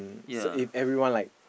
so if everyone like